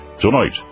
Tonight